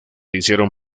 hicieron